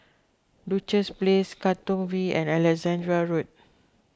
Duchess Place Katong V and Alexandra Road